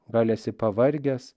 gal esi pavargęs